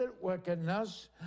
wickedness